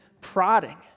prodding